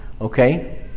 Okay